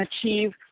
achieve